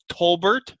Tolbert